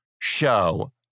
Show